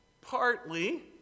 Partly